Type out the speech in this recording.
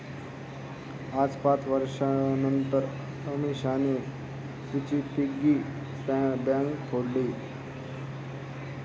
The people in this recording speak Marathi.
आज पाच वर्षांनतर अमीषाने तिची पिगी बँक फोडली